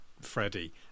Freddie